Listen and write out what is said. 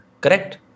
correct